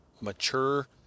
mature